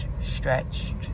stretched